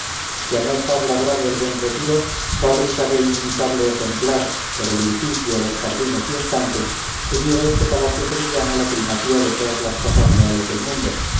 que a no estar labrado el buen retiro fábrica de inimitable ejemplar por el edificio los jardines y estanques tuviera este palacio sevillano la primacía de todas las casas reales del mundo